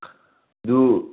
ꯑꯗꯨ